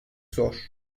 zor